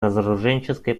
разоруженческой